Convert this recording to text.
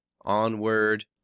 Onward